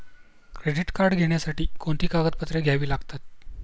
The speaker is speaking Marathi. क्रेडिट कार्ड घेण्यासाठी कोणती कागदपत्रे घ्यावी लागतात?